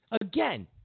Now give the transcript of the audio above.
Again